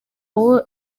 wowe